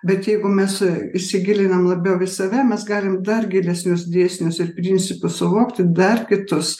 bet jeigu mes įsigilinam labiau į save mes galime dar gilesnius dėsnius ir principus suvokti dar kitus